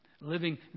living